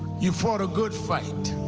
you fought a good fight.